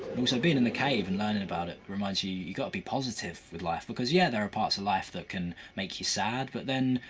also, being in a cave and learning about it reminds you you gotta be positive with life. because yeah, there are parts of life that can make you sad, but then,